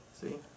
see